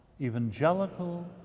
evangelical